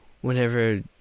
whenever